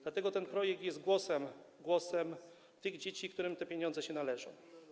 Dlatego ten projekt jest głosem tych dzieci, którym te pieniądze się należą.